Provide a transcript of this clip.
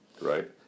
Right